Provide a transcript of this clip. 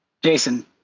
Jason